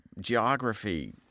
geography